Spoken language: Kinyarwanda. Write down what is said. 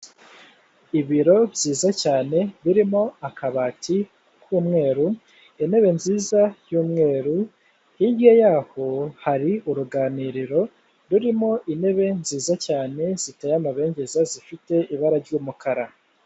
Ibiro byiza cyane birimo akabati k'umweru, intebe nziza y'umweru, hirya yaho hari uruganiriro rurimo intebe nziza cyane, ziteye amabengeza zifite ibara ry'umukara.